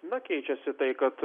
na keičiasi tai kad